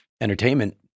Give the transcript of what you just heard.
Entertainment